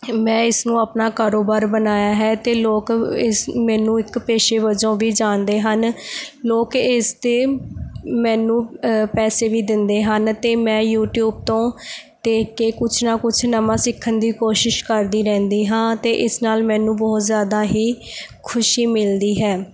ਮੈਂ ਇਸਨੂੰ ਆਪਣਾ ਕਾਰੋਬਾਰ ਬਣਾਇਆ ਹੈ ਅਤੇ ਲੋਕ ਇਸ ਮੈਨੂੰ ਇੱਕ ਪੇਸ਼ੇ ਵਜੋਂ ਵੀ ਜਾਣਦੇ ਹਨ ਲੋਕ ਇਸ ਦੇ ਮੈਨੂੰ ਪੈਸੇ ਵੀ ਦਿੰਦੇ ਹਨ ਅਤੇ ਮੈਂ ਯੂਟੀਊਬ ਤੋਂ ਦੇਖ ਕੇ ਕੁੱਛ ਨਾ ਕੁੱਛ ਨਵਾਂ ਸਿੱਖਣ ਦੀ ਕੋਸ਼ਿਸ਼ ਕਰਦੀ ਰਹਿੰਦੀ ਹਾਂ ਅਤੇ ਇਸ ਨਾਲ਼ ਮੈਨੂੰ ਬਹੁਤ ਜ਼ਿਆਦਾ ਹੀ ਖੁਸ਼ੀ ਮਿਲਦੀ ਹੈ